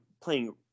playing